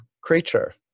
creature